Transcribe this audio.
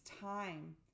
time